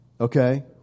Okay